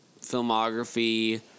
filmography